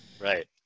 Right